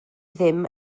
ddim